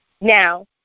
Now